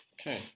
Okay